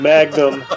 Magnum